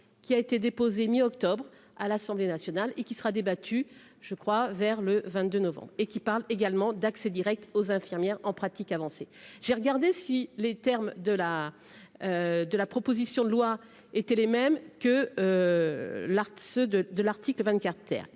qui a été déposée mi-octobre à l'Assemblée nationale et qui sera débattu, je crois, vers le 22 novembre et qui parle également d'accès Direct aux infirmières en pratique avancée, j'ai regardé si les termes de la de la proposition de loi étaient les mêmes que l'art se de de l'article 24,